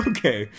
Okay